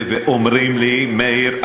ואומרים לי: מאיר,